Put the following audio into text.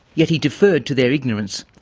yet he deferred to their ignorance.